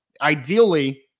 Ideally